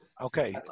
Okay